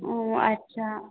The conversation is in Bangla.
ও আচ্ছা